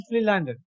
landed